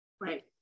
Right